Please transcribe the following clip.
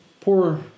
Poor